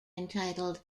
entitled